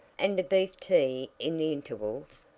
and beef tea in the intervals.